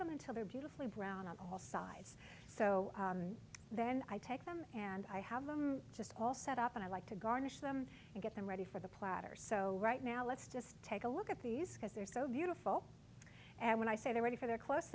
them until they're beautifully brown on the whole sides so then i take them and i have them just all set up and i like to garnish them and get them ready for the platter so right now let's just take a look at these because they're so beautiful and when i say they're ready for their close